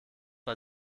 bei